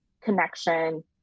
connection